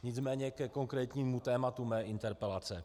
Nicméně ke konkrétnímu tématu mé interpelace.